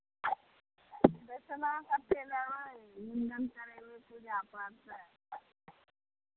दक्षिणा कतेक लेबै मुण्डन करयबै पूजापाठ तऽ